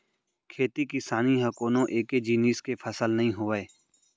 खेती किसानी ह कोनो एके जिनिस के फसल नइ होवय